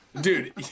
Dude